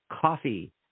coffee